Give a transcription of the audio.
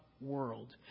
world